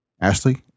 Ashley